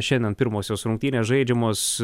šiandien pirmosios rungtynės žaidžiamos